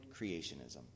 creationism